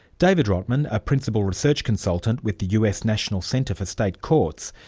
david rottman, a principal research consultant with the us national center for state courts,